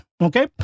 Okay